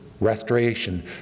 restoration